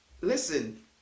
listen